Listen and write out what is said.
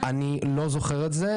אני לא זוכר את זה.